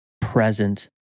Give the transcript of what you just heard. present